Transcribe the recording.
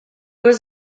was